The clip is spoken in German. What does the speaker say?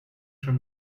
schon